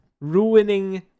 ruining